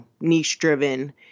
niche-driven